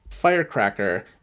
firecracker